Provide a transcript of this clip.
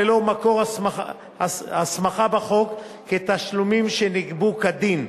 ללא מקור הסמכה בחוק, כתשלומים שנגבו כדין,